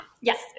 Yes